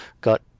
got